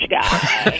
guy